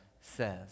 says